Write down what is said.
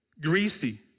greasy